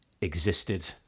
existed